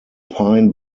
pine